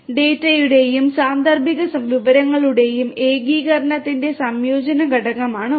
ഡാറ്റയുടെയും സാന്ദർഭിക വിവരങ്ങളുടെയും ഏകീകരണത്തിന്റെ സംയോജന ഘടകമാണ് ഒന്ന്